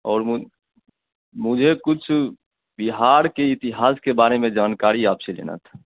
और मुझ मुझे कुछ अ बिहार के इतिहास के बारे में जानकारी आपसे लेना था